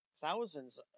thousands